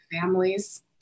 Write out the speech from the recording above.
families